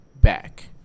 back